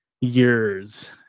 years